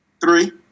Three